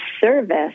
service